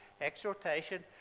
exhortation